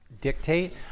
dictate